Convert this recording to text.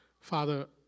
Father